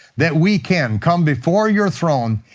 that we can come before your throne,